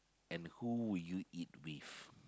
and who would you eat with